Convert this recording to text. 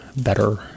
better